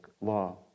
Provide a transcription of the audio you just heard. Law